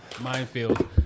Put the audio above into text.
minefield